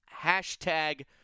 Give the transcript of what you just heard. hashtag